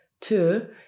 Two